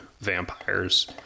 vampires